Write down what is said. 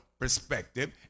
perspective